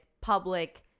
public